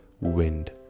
wind